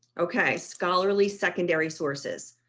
okay, scholarly secondary sources.